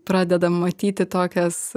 pradeda matyti tokias